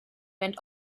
went